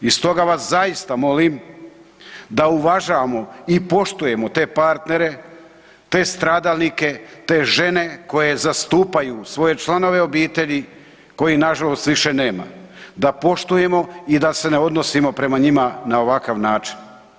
I stoga vas zaista molim da uvažavamo i poštujemo te partnere, te stradalnike, te žene koje zastupaju svoje članove obitelji kojih nažalost više nema, da poštujemo i da se ne odnosima prema njima na ovakav način.